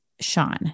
Sean